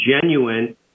genuine